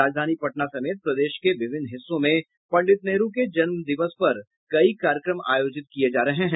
राजधानी पटना समेत प्रदेश के विभिन्न हिस्सों में पंडित नेहरू के जन्म दिवस पर कई कार्यक्रम आयोजित किये जा रहे हैं